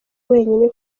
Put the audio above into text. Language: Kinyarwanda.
wenyine